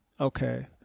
Okay